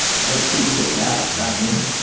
i hope teach picks adam, not me.